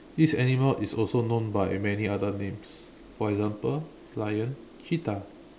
this animal is also known by many other names for example lion cheetah